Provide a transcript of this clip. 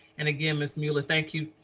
and again, ms. muller, thank you.